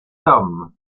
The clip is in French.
hommes